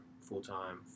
full-time